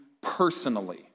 personally